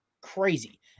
crazy